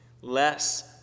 Less